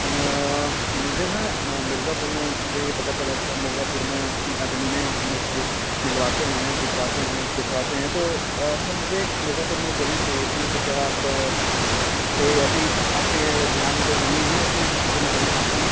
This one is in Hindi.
तो मुझे ना म मिर्ज़ापुर में मुझे यह पता चला कि आप मिर्ज़ापुर में ज़मीनें दिलवाते हैं दिखवाते हैं बिचवाते हैं तो सर मुझे मिर्ज़ापुर में एक ज़मीन चाहिए थी तो क्या आप कोई ऐसी आपके ध्यान में कोई ज़मीन है ऐसी जिसे मैं ख़रीद सकता हूँ